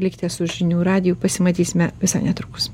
likite su žinių radiju pasimatysime visai netrukus